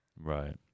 Right